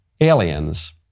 aliens